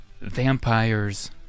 Vampires